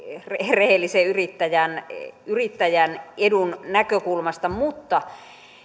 rehellisen yrittäjän yrittäjän edun näkökulmasta mutta